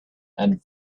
and